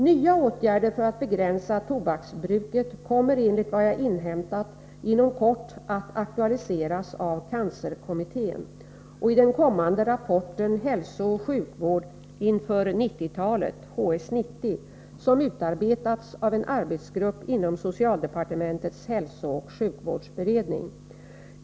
Nya åtgärder för att begränsa tobaksbruket kommer, enligt vad jag inhämtat, inkom kort att aktualiseras av cancerkommittén och i den kommande rapporten ”Hälsooch sjukvård inför 90-talet ” som utarbetats av en arbetsgrupp inom socialdepartementets hälsooch sjukvårdsberedning.